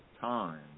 time